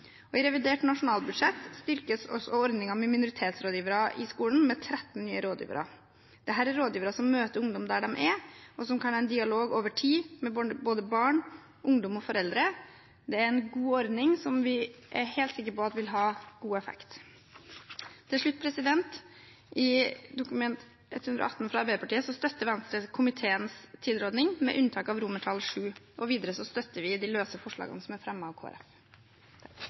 til. I revidert nasjonalbudsjett styrkes også ordningen med minoritetsrådgivere i skolen med 13 nye rådgivere. Dette er rådgivere som møter ungdom der de er, og som kan ha en dialog over tid med både barn, ungdom og foreldre. Det er en god ordning, som vi er helt sikre på vil ha god effekt. Til slutt: Når det gjelder Dokument 8:118 S for 2017–2018, fra Arbeiderpartiet, støtter Venstre komiteens tilråding, med unntak av VII. Videre støtter vi de løse forslagene som er fremmet av